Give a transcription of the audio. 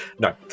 no